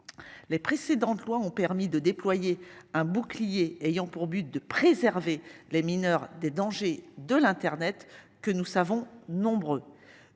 Les précédentes lois ont permis de déployer un bouclier ayant pour but de préserver les mineurs des dangers de l'Internet que nous savons nombreux.